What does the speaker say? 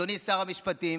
אדוני שר המשפטים,